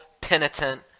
penitent